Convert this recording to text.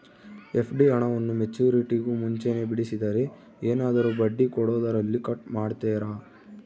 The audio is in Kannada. ಎಫ್.ಡಿ ಹಣವನ್ನು ಮೆಚ್ಯೂರಿಟಿಗೂ ಮುಂಚೆನೇ ಬಿಡಿಸಿದರೆ ಏನಾದರೂ ಬಡ್ಡಿ ಕೊಡೋದರಲ್ಲಿ ಕಟ್ ಮಾಡ್ತೇರಾ?